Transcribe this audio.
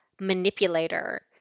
manipulator